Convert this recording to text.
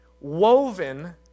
woven